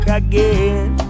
again